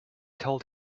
told